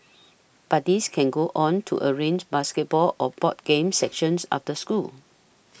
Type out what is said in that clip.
buddies can go on to arrange basketball or board games sections after school